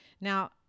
Now